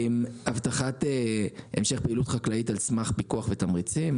הבטחת המשך פעילות חקלאית על סמך פיקוח ותמריצים,